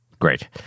Great